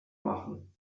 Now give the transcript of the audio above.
machen